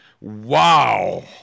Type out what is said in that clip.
Wow